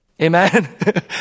Amen